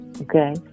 okay